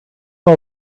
all